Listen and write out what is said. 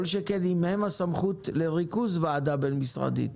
כל שכן, אם הם הסמכות לריכוז ועדה בין-משרדית.